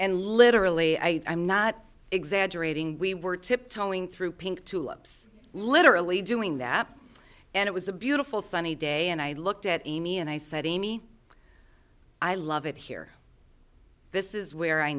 and literally i am not exaggerating we were tiptoeing through pink tulips literally doing that and it was a beautiful sunny day and i looked at amy and i said amy i love it here this is where i